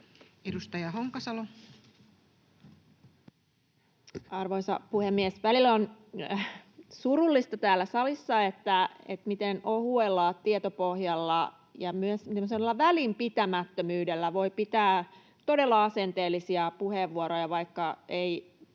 19:21 Content: Arvoisa puhemies! Välillä on surullista täällä salissa, miten ohuella tietopohjalla ja myös semmoisella välinpitämättömyydellä voi pitää todella asenteellisia puheenvuoroja, vaikka